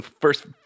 first